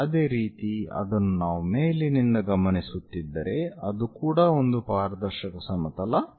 ಅದೇ ರೀತಿ ಅದನ್ನು ನಾವು ಮೇಲಿನಿಂದ ಗಮನಿಸುತ್ತಿದ್ದರೆ ಅದು ಕೂಡಾ ಒಂದು ಪಾರದರ್ಶಕ ಸಮತಲ ಆಗಿದೆ